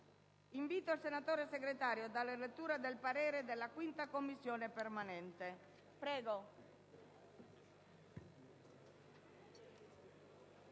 Invito il senatore Segretario a dar lettura del parere espresso dalla 5a Commissione permanente